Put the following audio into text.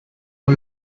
who